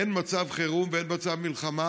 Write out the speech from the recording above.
אין מצב חירום ואין מצב מלחמה.